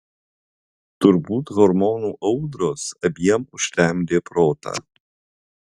turbūt hormonų audros abiem užtemdė protą